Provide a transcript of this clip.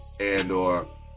and/or